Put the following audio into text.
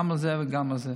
גם את זה וגם את זה.